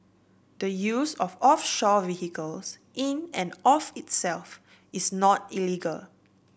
the use of offshore vehicles in and of itself is not illegal